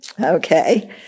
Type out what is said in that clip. Okay